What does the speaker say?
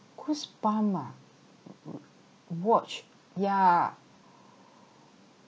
goose bump ah watch yeah